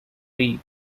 reed